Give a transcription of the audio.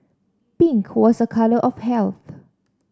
pink was a colour of health